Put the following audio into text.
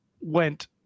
went